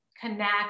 connect